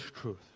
truth